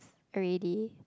already